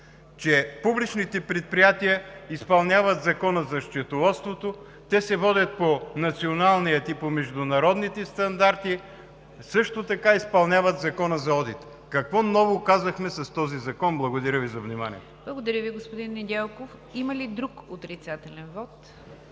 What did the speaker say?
че публичните предприятия изпълняват Закона за счетоводството, те се водят по националния и по международните стандарти, също така изпълняват Закона за одита. Какво ново казахме с този закон? Благодаря Ви за вниманието. ПРЕДСЕДАТЕЛ НИГЯР ДЖАФЕР: Благодаря Ви, господин Недялков. Има ли друг отрицателен вот?